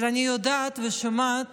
אבל אני יודעת ושומעת